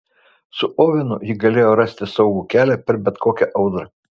su ovenu ji galėjo rasti saugų kelią per bet kokią audrą